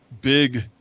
big